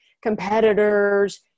competitors